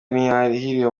ntiyahiriwe